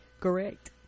correct